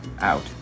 out